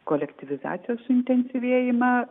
kolektyvizacijos intensyvėjimą